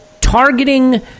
targeting